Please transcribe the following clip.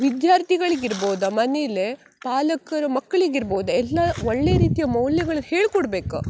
ವಿದ್ಯಾರ್ಥಿಗಳಿಗೆ ಇರ್ಬೋದು ಮನೆಲೇ ಪಾಲಕರು ಮಕ್ಳಿಗೆ ಇರ್ಬೋದು ಎಲ್ಲ ಒಳ್ಳೆಯ ರೀತಿಯ ಮೌಲ್ಯಗಳು ಹೇಳ್ಕೊಡ್ಬೇಕು